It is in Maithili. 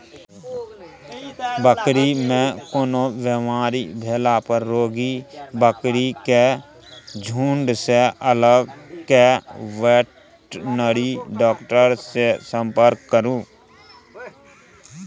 बकरी मे कोनो बेमारी भेला पर रोगी बकरी केँ झुँड सँ अलग कए बेटनरी डाक्टर सँ संपर्क करु